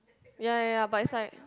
ya ya ya but is like